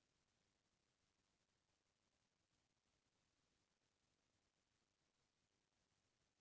बाड़ी बूता करइया मन ह आने आने किसम के सब्जी भाजी लगाए रहिथे